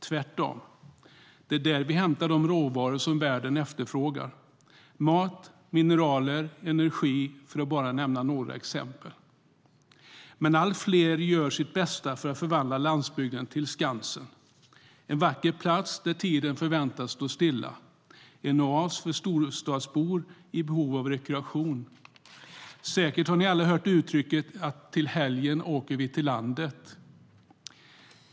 Tvärtom - det är där vi hämtar de råvaror världen efterfrågar, som mat, mineraler och energi för att bara nämna några exempel. Allt fler gör dock sitt bästa för att förvandla landsbygden till Skansen, alltså en vacker plats där tiden förväntas stå stilla - en oas för storstadsbor i behov av rekreation. Säkert har ni alla hört uttrycket "till helgen åker vi till landet".